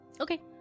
Okay